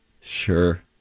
Sure